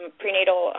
prenatal